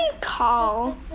call